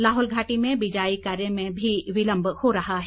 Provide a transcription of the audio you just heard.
लाहौल घाटी में बीजाई कार्य में भी विलम्ब हो रहा है